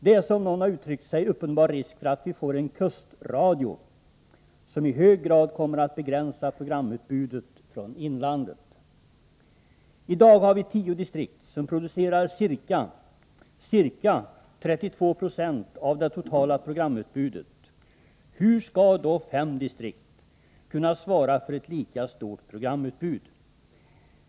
Det finns, som någon har uttryckt sig, en uppenbar risk för att vi får en ”kustradio” som i hög grad kommer att begränsa programutbudet från inlandet. I dag har vi tio distrikt som producerar ca 32 Zo av det totala programutbudet. Hur skall då fem distrikt kunna svara för ett lika stort programutbud?